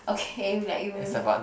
okay like you